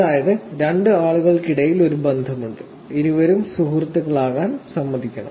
അതായത് രണ്ട് ആളുകൾക്കിടയിൽ ഒരു ബന്ധമുണ്ട് ഇരുവരും സുഹൃത്തുക്കളാകാൻ സമ്മതിക്കണം